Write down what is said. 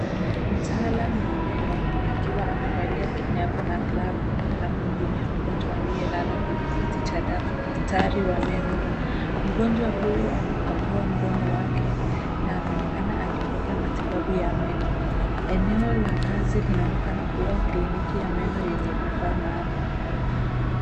Mtaalamu wa meno, akiwa amevalia kinyago na glavu, anamhudumia mgonjwa aliyelala kwenye kiti cha daktari wa meno. Mgonjwa huyo amefungua mdomo wake na anaonekana akipokea matibabu ya meno. Eneo la kazi linaonekana kuwa kliniki ya meno yenye vifaa maalum.